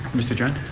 mr. dren?